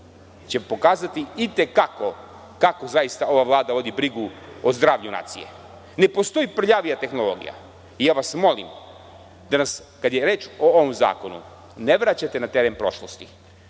će pokazati i te kako kako zaista ova Vlada vodi brigu o zdravlju nacije. Ne postoji prljavija tehnologija i molim vas da nas, kada je reč o ovom zakonu, ne vraćate na teren prošlosti.